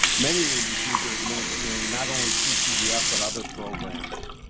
many agencies are administering not only ccdf but other programs,